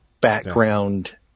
background